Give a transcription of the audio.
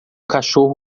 cachorro